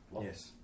Yes